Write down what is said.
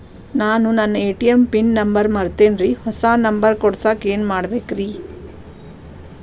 ನಾನು ನನ್ನ ATM PIN number ಮರ್ತೇನ್ರಿ, ಹೊಸಾ ನಂಬರ್ ಕುಡಸಾಕ್ ಏನ್ ಮಾಡ್ಬೇಕ್ರಿ?